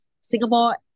Singapore